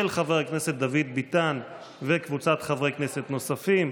של חבר הכנסת דוד ביטן וקבוצת חברי כנסת נוספים.